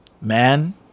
man